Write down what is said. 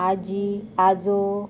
आजी आजो